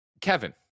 Kevin